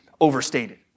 overstated